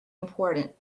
important